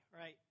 right